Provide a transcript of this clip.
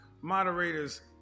moderators